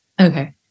Okay